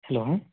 hello